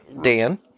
Dan